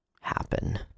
happen